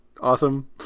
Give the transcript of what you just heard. awesome